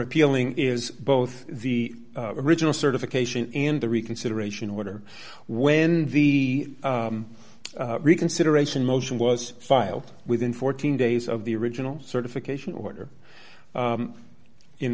appealing is both the original certification and the reconsideration order when the reconsideration motion was filed within fourteen days of the original certification order